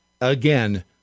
again